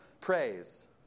praise